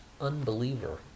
unbeliever